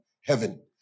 heaven